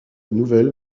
nouvelle